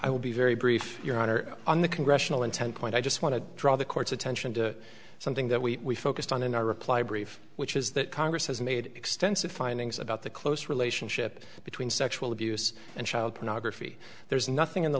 i will be very brief your honor on the congressional intent point i just want to draw the court's attention to something that we focused on in our reply brief which is that congress has made extensive findings about the close relationship between sexual abuse and child pornography there is nothing in the